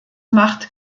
macht